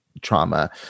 trauma